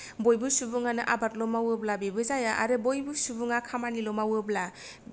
बयबो सुबुङानो आबादल' मावोब्ला बेबो जाया आरो बयबो सुबुङा खामानिल' मावोब्ला